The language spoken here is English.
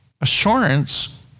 assurance